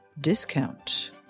Discount